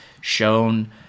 shown